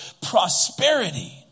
prosperity